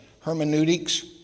hermeneutics